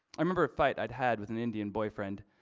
i remember a fight i'd had with an indian boyfriend.